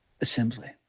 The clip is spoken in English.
assembly